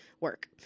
work